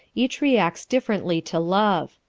each reacts differently to love.